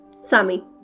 Sammy